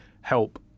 help